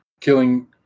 killing